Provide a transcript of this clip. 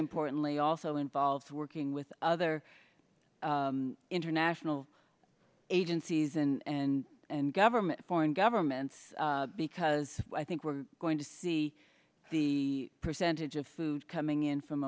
importantly also involves working with other international agencies and government foreign governments because i think we're going to see the percentage of food coming in from